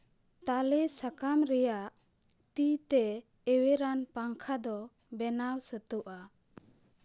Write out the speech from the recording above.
ᱛᱟᱞᱮ ᱥᱟᱠᱟᱢ ᱨᱮᱭᱟᱜ ᱛᱤᱼᱛᱮ ᱮᱣᱮᱨᱟᱱ ᱯᱟᱝᱠᱷᱟ ᱫᱚ ᱵᱮᱱᱟᱣ ᱥᱟᱹᱛᱳᱜᱼᱟ